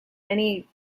many